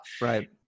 Right